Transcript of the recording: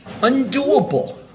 undoable